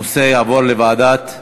הנושא יעבור לוועדת,